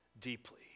deeply